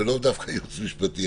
ולא דווקא ייעוץ משפטי,